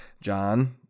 John